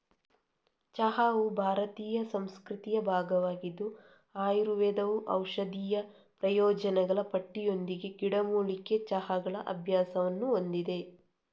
ಚಹಾವು ಭಾರತೀಯ ಸಂಸ್ಕೃತಿಯ ಭಾಗವಾಗಿದ್ದು ಆಯುರ್ವೇದವು ಔಷಧೀಯ ಪ್ರಯೋಜನಗಳ ಪಟ್ಟಿಯೊಂದಿಗೆ ಗಿಡಮೂಲಿಕೆ ಚಹಾಗಳ ಅಭ್ಯಾಸವನ್ನು ಹೊಂದಿದೆ